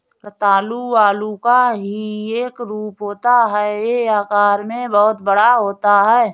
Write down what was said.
रतालू आलू का ही एक रूप होता है यह आकार में बहुत बड़ा होता है